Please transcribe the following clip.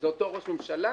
זה אותו ראש ממשלה?